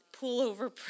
pullover